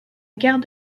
gare